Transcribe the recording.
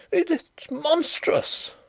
it's monstrous!